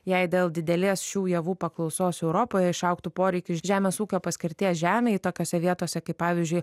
jei dėl didelės šių javų paklausos europoje išaugtų poreikis žemės ūkio paskirties žemei tokiose vietose kaip pavyzdžiui